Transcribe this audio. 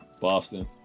Boston